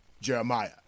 Jeremiah